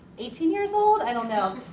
eighteen years old? i don't know.